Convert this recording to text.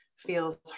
Feels